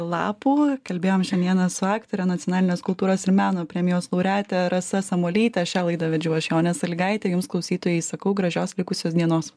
lapų kalbėjom šiandieną su aktore nacionalinės kultūros ir meno premijos laureatė rasa samuolytė šią laidą vedžiau aš jonė salygaitė jums klausytojai sakau gražios likusios dienos